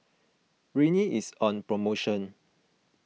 Rene is on promotion